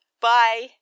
Bye